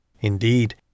Indeed